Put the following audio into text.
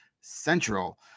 Central